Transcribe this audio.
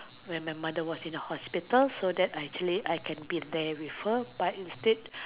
when my mother was in the hospital so that actually I can be there with her but instead